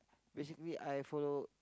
basically I follow